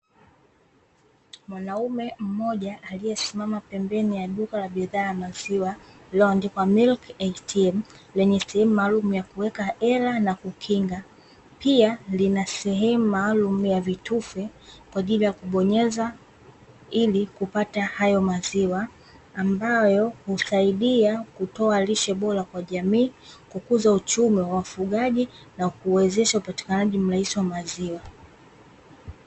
Mwanaume mmoja aliyesimama pembeni ya duka la bidhaa ya maziwa, lililoandikwa "MILK ATM", lenye sehemu maalumu ya kuweka hela na kukinga. Pia lina sehemu maalumu ya vitufe kwa ajili ya kubonyeza ili kupata hayo maziwa ambayo husaidia kutoa lishe bora kwa jamii, kukuza uchumi wa wafugaji, na kuwezesha upatikanaji mrahisi wa maziwa.